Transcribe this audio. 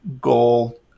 goal